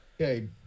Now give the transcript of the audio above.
Okay